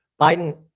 Biden